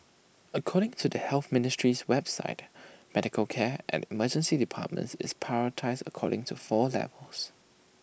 according to the health ministry's website medical care at emergency departments is prioritised according to four levels